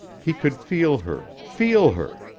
he could feel her feel her!